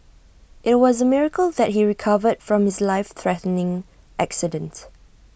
IT was A miracle that he recovered from his life threatening accident